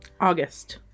August